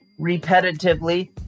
repetitively